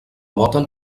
voten